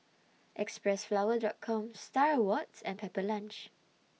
Xpressflower Drug Com STAR Awards and Pepper Lunch